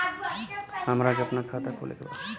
हमरा के अपना खाता खोले के बा?